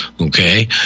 Okay